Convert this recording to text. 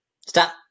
Stop